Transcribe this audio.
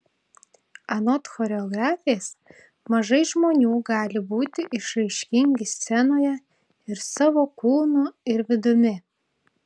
anot choreografės mažai žmonių gali būti išraiškingi scenoje ir savo kūnu ir vidumi